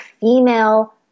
female